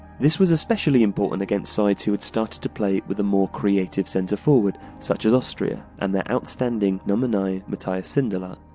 this was especially important against sides who had started to play with a more creative centre-forward, such as austria and their outstanding number nine, matthias sindelar.